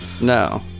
no